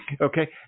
okay